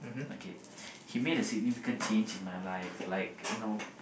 okay he made a significant change in my life like you know